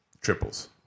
Triples